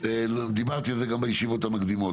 דיברתי על זה גם בישיבות המקדימות,